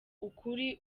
ukuri